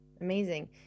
Amazing